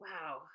Wow